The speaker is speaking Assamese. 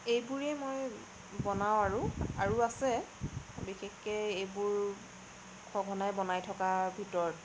এইবোৰে মই বনাওঁ আৰু আৰু আছে বিশেষকে এইবোৰ সঘনাই বনাই থকাৰ ভিতৰত